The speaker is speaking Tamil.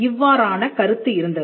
இவ்வாறான கருத்து இருந்தது